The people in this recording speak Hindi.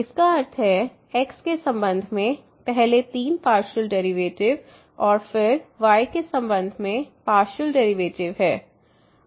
इसका अर्थ है x के संबंध में पहले तीन पार्शियल डेरिवेटिव और फिर y के संबंध में पार्शियल डेरिवेटिव है